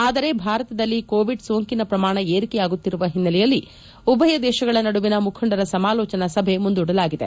ಆದರೆ ಭಾರತದಲ್ಲಿ ಕೋವಿಡ್ ಸೋಂಕಿನ ಪ್ರಮಾಣ ಏರಿಕೆಯಾಗುತ್ತಿರುವ ಹಿನ್ನೆಲೆಯಲ್ಲಿ ಉಭಯ ದೇಶಗಳ ನಡುವಿನ ಮುಖಂಡರ ಸಮಾಲೋಚನಾ ಸಭೆ ಮುಂದೂಡಲಾಗಿದೆ